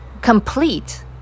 complete